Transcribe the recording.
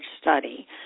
study